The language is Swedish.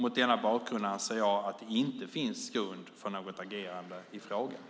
Mot denna bakgrund anser jag att det inte finns grund för något agerande i frågan.